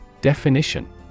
Definition